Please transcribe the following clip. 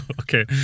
Okay